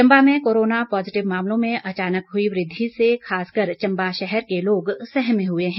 चम्बा में corona positive मामलों में अचानक हुई वृद्धि से खासकर चम्बा शहर के लोग सहमे हुए हैं